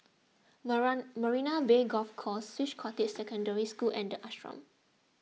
Marina Bay Golf Course Swiss Cottage Secondary School and the Ashram